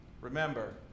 Remember